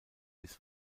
bis